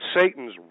Satan's